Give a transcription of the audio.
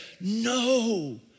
no